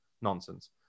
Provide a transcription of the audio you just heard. nonsense